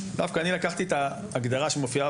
דווקא אני לקחתי את ההגדרה שמופיעה